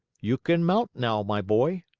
you can mount now, my boy,